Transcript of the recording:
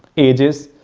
ages,